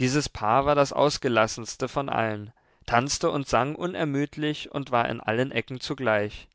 dies paar war das ausgelassenste von allen tanzte und sang unermüdlich und war in allen ecken zugleich